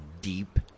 deep